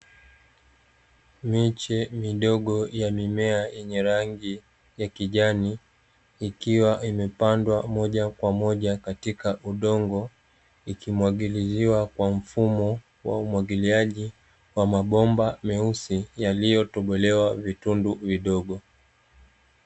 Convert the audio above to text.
Miche midogo ya mimea yenye rangi ya kijani ikiwa imepandwa moja kwa moja katika udongo ikimwagiliziwa kwa mfumo wa umwagiliaji wa mabomba meusi yaliyotobolewa vitundu vidogo.